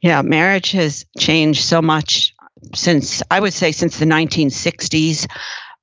yeah, marriage has changed so much since i would say since the nineteen sixty s